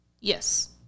yes